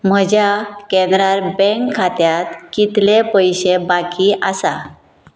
म्हज्या कॅन्रा बँक खात्यांत कितले पयशे बाकी आसा